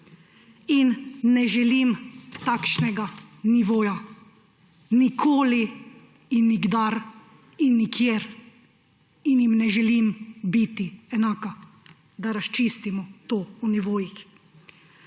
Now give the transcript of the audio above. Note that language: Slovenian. in ne želim takšnega nivoja nikoli in nikdar in nikjer in jim ne želim biti enaka, da razčistimo to o nivojih.